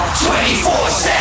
24-7